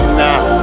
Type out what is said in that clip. now